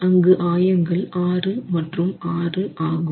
அங்கு ஆயங்கள் 6 மற்றும் 6 ஆகும்